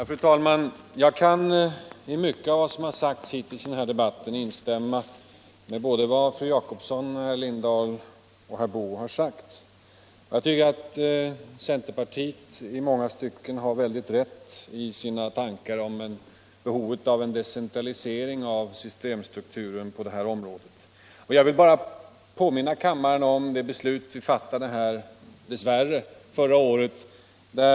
Fru talman! Jag kan instämma i mycket av vad som har sagts hittills i den här debatten av fru Jacobsson, herr Lindahl i Hamburgsund och herr Boo. Jag tycker att centern i många stycken har rätt i att det finns behov av en decentralisering av systemstrukturen på detta område. Jag vill påminna kammaren om det beslut som dess värre, fattades förra året.